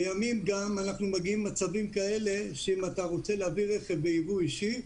לימים אנחנו גם מגיעים למצבים כאלה שאם אתה רוצה להביא רכב ביבוא אישי,